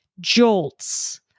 jolts